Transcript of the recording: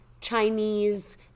chinese